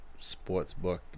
Sportsbook